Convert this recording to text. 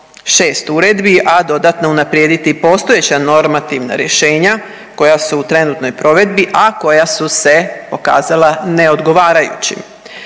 šest uredbi, a dodatno unaprijediti postojeća normativna rješenja koja su u trenutnoj provedbi a koja su se pokazala neodgovarajuća.